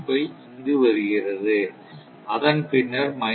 25 இங்கு வருகிறது அதன் பின்னர் மைனஸ் 1